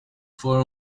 for